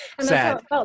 Sad